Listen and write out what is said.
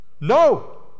No